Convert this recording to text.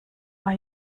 war